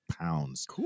pounds